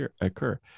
occur